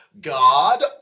God